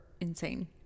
insane